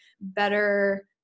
better